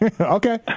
Okay